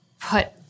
put